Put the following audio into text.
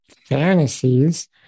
fantasies